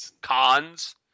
Cons